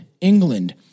England